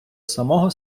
самого